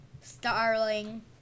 Starling